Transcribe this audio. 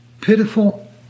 pitiful